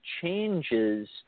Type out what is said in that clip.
changes